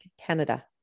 Canada